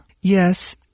Yes